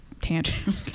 tantrum